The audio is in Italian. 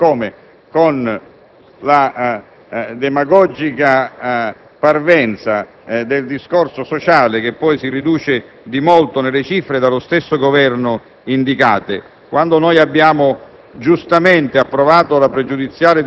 a quasi tutto il territorio nazionale. Allo stesso modo, con la demagogica parvenza del discorso sociale, che poi si riduce di molto nelle cifre dallo stesso Governo indicate, quando abbiamo